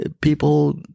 people